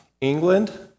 England